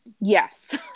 Yes